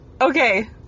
Okay